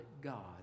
God